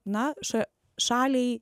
na ša šaliai